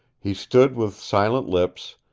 he stood with silent lips,